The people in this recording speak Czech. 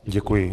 Děkuji.